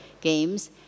games